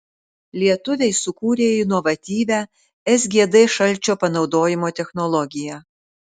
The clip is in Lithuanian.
lietuviai sukūrė inovatyvią sgd šalčio panaudojimo technologiją